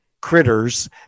critters